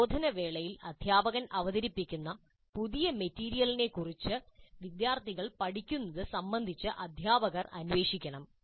പ്രബോധന വേളയിൽ അധ്യാപകൻ അവതരിപ്പിക്കുന്ന പുതിയ മെറ്റീരിയലിനെക്കുറിച്ച് വിദ്യാർത്ഥികൾ പഠിക്കുന്നത് സംബന്ധിച്ച് അധ്യാപകർ അന്വേഷിക്കണം